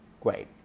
great